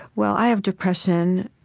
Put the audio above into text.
well i have depression,